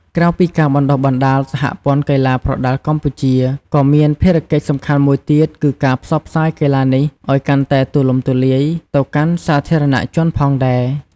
ក្រៅពីការបណ្តុះបណ្តាល សហព័ន្ធកីឡាប្រដាល់កម្ពុជា ក៏មានភារកិច្ចសំខាន់មួយទៀតគឺការផ្សព្វផ្សាយកីឡានេះឲ្យកាន់តែទូលំទូលាយទៅកាន់សាធារណជនផងដែរ។